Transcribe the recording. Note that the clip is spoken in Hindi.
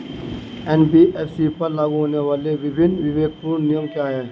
एन.बी.एफ.सी पर लागू होने वाले विभिन्न विवेकपूर्ण नियम क्या हैं?